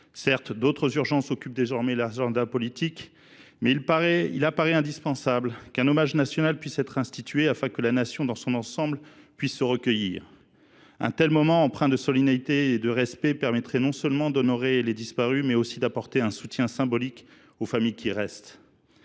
Certes, d’autres urgences occupent désormais l’agenda politique, mais il paraît indispensable qu’un hommage national puisse être institué, afin que la Nation dans son ensemble puisse se recueillir. Un tel moment, empreint de solennité et de respect, permettrait non seulement d’honorer les disparus, mais aussi d’apporter un soutien symbolique aux familles qui restent.